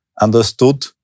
understood